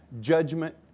judgment